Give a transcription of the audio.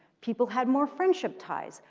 people had more friendship ties.